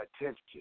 attention